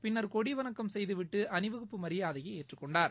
பின்னர் கொடி வணக்கம் செய்துவிட்டு அணிவகுப்பு மரியாதையை ஏற்றுக்கொண்டார்